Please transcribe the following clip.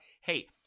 hey